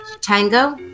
Tango